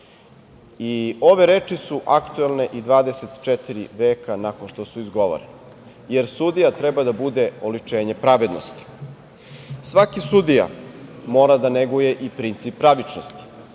i ove reči su aktuelne i 24 veka nakon što su izgovorene jer sudija treba da bude oličenje pravednosti. Svaki sudija mora da neguje i princip pravičnosti,